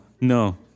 no